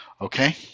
Okay